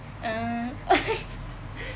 ah